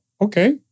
okay